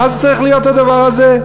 מה זה צריך להיות הדבר הזה?